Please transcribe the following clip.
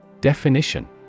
Definition